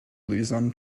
luzon